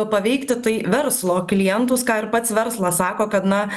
paveikti tai verslo klientus ką ir pats verslas sako kad na